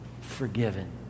forgiven